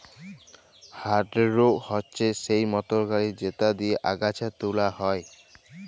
harrow হছে সেই motor গাড়ি যেট দিঁয়ে আগাছা তুলা হ্যয়, মাটি পরিষ্কার ক্যরা হ্যয় ইত্যাদি